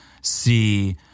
see